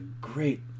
great